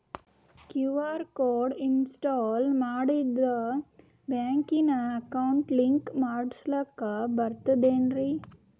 QR code install ಮಾಡಿಂದ ಬ್ಯಾಂಕಿನ account link ಮಾಡಸ್ಲಾಕ ಬರ್ತದೇನ್ರಿ